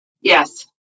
Yes